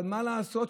אבל מה לעשות,